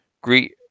Greet